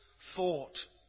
thought